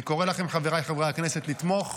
אני קורא לכם, חבריי חברי הכנסת, לתמוך.